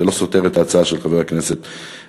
וזה לא סותר את ההצעה של חבר הכנסת וקנין,